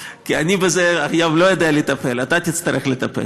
כי אני בזה היום לא יודע לטפל, אתה תצטרך לטפל.